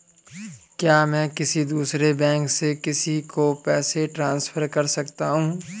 क्या मैं किसी दूसरे बैंक से किसी को पैसे ट्रांसफर कर सकता हूं?